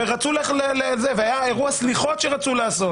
היה אירוע סליחות של תפילה